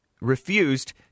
refused